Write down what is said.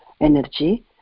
energy